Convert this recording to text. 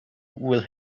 will